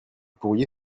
pourriez